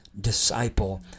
disciple